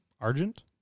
Argent